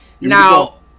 Now